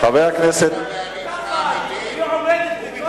גזענית, כי אתה לא יכול, ?